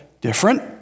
Different